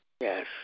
Yes